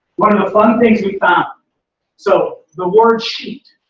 one of the fun things we found so the word sheet.